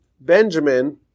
Benjamin